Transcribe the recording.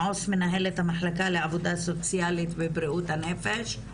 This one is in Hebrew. עו"ס מנהלת המחלקה לעבודה סוציאלית ובריאות הנפש.